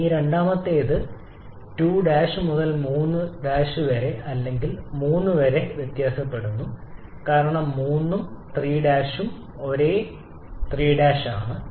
ഈ രണ്ടാമത്തേത് 2 മുതൽ 3 അല്ലെങ്കിൽ 3 വരെ വ്യത്യാസപ്പെടുന്നു കാരണം 3 ഉം 3' ഉം രണ്ടും ഒരേ 3 ആണ്